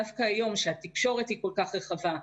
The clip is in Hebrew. דווקא היום כאשר התקשורת היא כל כך רחבה,